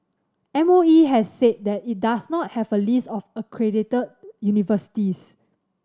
M O E has said that it does not have a list of accredited universities